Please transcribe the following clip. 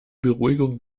beruhigung